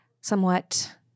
somewhat